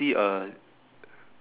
~ee a